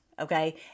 Okay